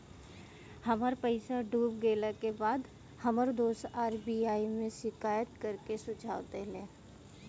हमर पईसा डूब गेला के बाद हमर दोस्त आर.बी.आई में शिकायत करे के सुझाव देहले